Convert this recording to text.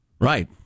Right